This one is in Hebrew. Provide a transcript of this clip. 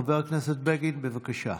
חבר הכנסת בגין, בבקשה.